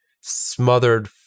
smothered